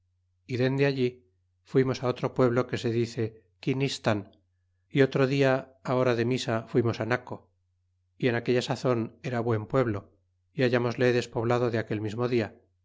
y dende allí fuimos otro pueblo que se dice quinistan y otro dia hora de misa fuimos naco y en aquella sazon era buen pueblo y hallmosle despoblado de aquel mismo dia